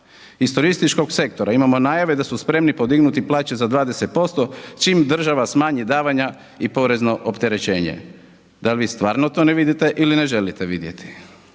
Iz turističkog sektora imamo najave da su spremni podignuti plaće za 20% čim država smanji davanja i porezno opterećenje. Dal' vi stvarno to ne vidite ili ne želite vidjeti?